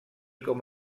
com